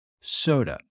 soda